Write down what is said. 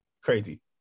crazy